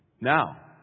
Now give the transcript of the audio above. Now